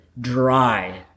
Dry